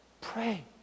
Pray